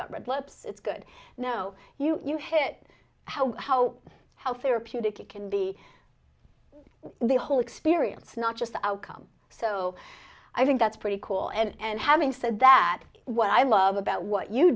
got red lips it's good you know you hit how how how therapeutic it can be the whole experience not just the outcome so i think that's pretty cool and having said that what i love about what you